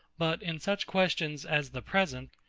but in such questions as the present,